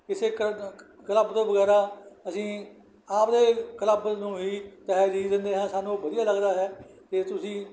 ਕਿਸੇ ਕਲੱਬ ਤੋਂ ਵਗੈਰਾ ਅਸੀਂ ਆਪਣੇ ਕਲੱਬ ਨੂੰ ਹੀ ਤਰਜ਼ੀਹ ਦਿੰਦੇ ਹਾਂ ਸਾਨੂੰ ਉਹ ਵਧੀਆ ਲੱਗਦਾ ਹੈ ਕਿ ਤੁਸੀਂ